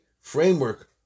framework